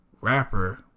rapper